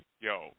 yo